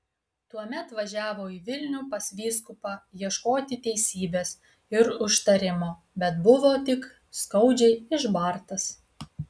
tuomet važiavo į vilnių pas vyskupą ieškoti teisybės ir užtarimo bet buvo tik skaudžiai išbartas